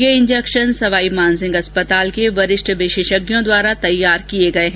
ये इंजेक्शन सवाई मानसिंह अस्पताल के वरिष्ठ विशेषज्ञों द्वारा तैयार किए गए हैं